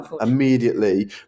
immediately